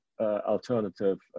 alternative